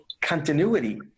continuity